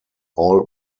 all